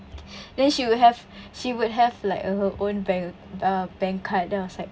then she would have she would have like a her own bank ac~ ah bank card then I was like